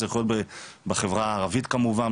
זה יכול להיות בחברה הערבית כמובן,